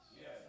Yes